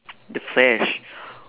the flash